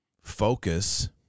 focus